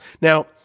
Now